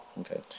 Okay